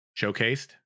showcased